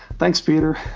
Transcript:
thanks peter!